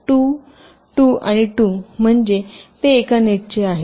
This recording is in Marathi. २ २ आणि २ म्हणजे ते एकाच नेटचे आहेत